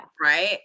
Right